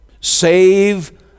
Save